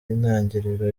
intangiriro